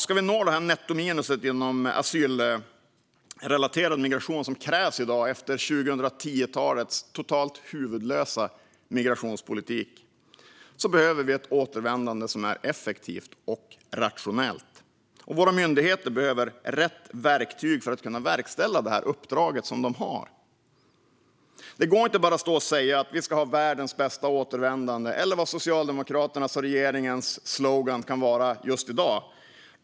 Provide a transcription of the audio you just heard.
Ska vi nå det nettominus inom asylrelaterad migration som krävs i dag, efter 2010-talets totalt huvudlösa migrationspolitik, behöver vi ett återvändande som är effektivt och rationellt. Våra myndigheter behöver rätt verktyg för att kunna verkställa det uppdrag de har. Det går inte bara att stå och säga: Vi ska ha världens bästa återvändande, eller vad Socialdemokraternas och regeringens slogan kan vara just i dag.